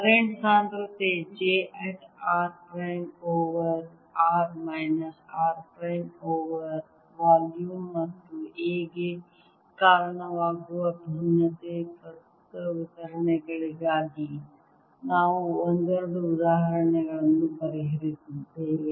current ಸಾಂದ್ರತೆ j at r prime over r minus r prime over volume ಮತ್ತು A ಗೆ ಕಾರಣವಾಗುವ ವಿಭಿನ್ನ ಪ್ರಸ್ತುತ ವಿತರಣೆಗಳಿಗಾಗಿ ನಾವು ಒಂದೆರಡು ಉದಾಹರಣೆಗಳನ್ನು ಪರಿಹರಿಸಿದ್ದೇವೆ